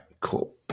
cool